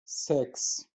sechs